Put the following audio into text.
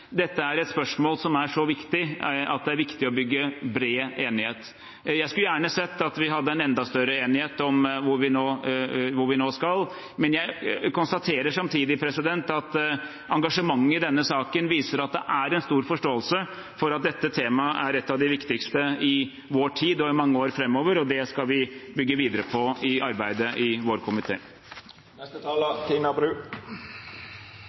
Dette er et spørsmål som er så viktig at det er viktig å bygge bred enighet. Jeg skulle gjerne sett at vi hadde enda større enighet om hvor vi nå skal, men jeg konstaterer samtidig at engasjementet i denne saken viser at det er stor forståelse for at dette temaet er et av de viktigste i vår tid og i mange år framover. Det skal vi bygge videre på i arbeidet i vår